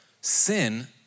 sin